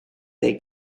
they